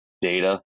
Data